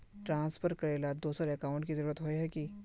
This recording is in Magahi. ट्रांसफर करेला दोसर अकाउंट की जरुरत होय है की?